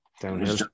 downhill